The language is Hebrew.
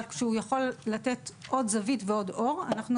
אבל הוא יכול לתת עוד זווית ועוד אור: אנחנו